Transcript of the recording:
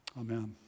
Amen